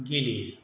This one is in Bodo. गेलेयो